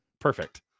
Perfect